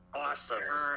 awesome